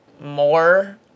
more